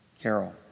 Carol